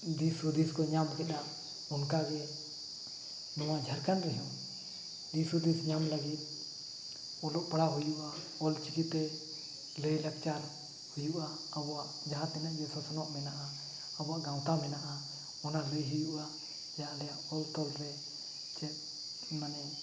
ᱫᱤᱥᱦᱩᱫᱤᱥᱠᱚ ᱧᱟᱢᱠᱮᱫᱟ ᱚᱱᱠᱟᱜᱮ ᱱᱚᱣᱟ ᱡᱷᱟᱲᱠᱷᱚᱸᱰ ᱨᱮᱦᱚᱸ ᱫᱤᱥᱦᱩᱫᱤᱥ ᱧᱟᱢ ᱞᱟᱹᱜᱤᱫ ᱚᱞᱚᱜᱼᱯᱟᱲᱦᱟᱜ ᱦᱩᱭᱩᱜᱼᱟ ᱚᱞᱪᱤᱠᱤᱛᱮ ᱞᱟᱹᱭ ᱞᱟᱠᱪᱟᱨ ᱦᱩᱭᱩᱜᱼᱟ ᱟᱵᱚᱣᱟᱜ ᱡᱟᱦᱟᱸᱛᱤᱱᱟᱹᱜ ᱜᱮ ᱥᱚᱥᱱᱚᱜ ᱢᱮᱱᱟᱜᱼᱟ ᱟᱵᱚ ᱜᱟᱶᱛᱟ ᱢᱮᱱᱟᱜᱼᱟ ᱚᱱᱟ ᱞᱟᱹᱭ ᱦᱩᱭᱩᱜᱼᱟ ᱡᱮ ᱟᱞᱮᱭᱟᱜ ᱚᱞᱛᱚᱞᱨᱮ ᱪᱮᱫ ᱢᱟᱱᱮ